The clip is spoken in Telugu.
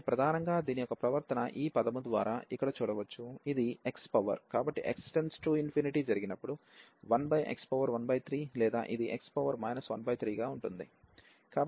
కాబట్టి ప్రధానంగా దీని యొక్క ప్రవర్తన ఈ పదము ద్వారా ఇక్కడ చూడవచ్చు ఇది x పవర్ కాబట్టి x→∞ జరిగినప్పుడు 1x13 లేదా ఇది x 13గా ఉంటుంది